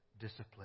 discipline